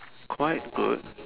quite good